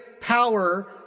power